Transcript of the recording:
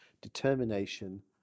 determination